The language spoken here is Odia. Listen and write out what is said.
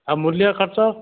ଆଉ ମୂଲିଆ ଖର୍ଚ୍ଚ